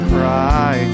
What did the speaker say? Cry